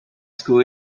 school